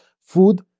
food